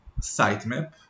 sitemap